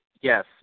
yes